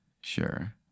Sure